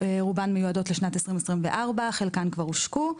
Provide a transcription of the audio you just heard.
רובן מיועדות לשנת 2024, וחלקן כבר הושקו.